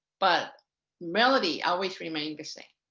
but melody always remain the same.